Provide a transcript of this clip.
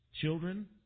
children